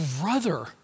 brother